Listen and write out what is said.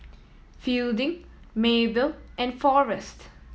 Fielding Maebelle and Forrest